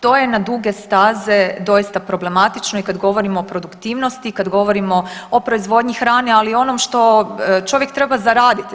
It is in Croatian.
To je na duge staze doista problematično i kad govorimo o produktivnosti i kad govorimo o proizvodnji hrane, ali i onom što čovjek treba zaraditi.